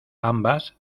ambas